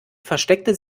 versteckte